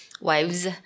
wives